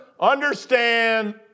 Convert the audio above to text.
understand